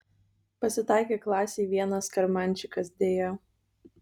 pasitaikė klasėj vienas karmanščikas deja